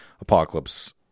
Apocalypse